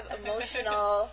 emotional